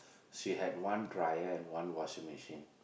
she had one dryer and one washing machine